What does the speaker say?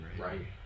Right